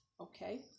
okay